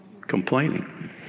complaining